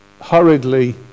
hurriedly